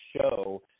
show